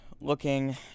looking